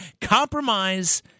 compromise